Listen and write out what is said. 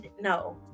no